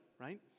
right